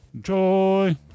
joy